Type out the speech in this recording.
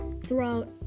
throughout